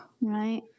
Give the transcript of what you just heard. right